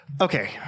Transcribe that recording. Okay